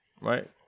right